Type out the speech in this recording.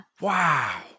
wow